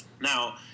Now